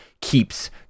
keeps